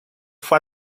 fue